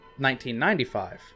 1995